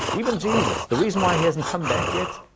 even jesus, the reason why he hasn't come back yet,